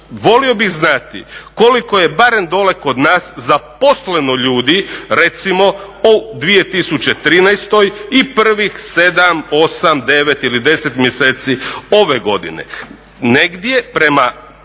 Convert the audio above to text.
volio bih znati koliko je barem dolje kod nas zaposleno ljudi, recimo u 2013. i prvih 7, 8, 9 ili 10 mjeseci ove godine.